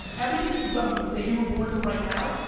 everything you've done from the day you were born to right now,